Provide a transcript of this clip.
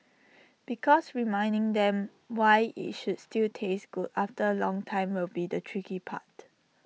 because reminding them why IT should still taste good after A long time will be the tricky part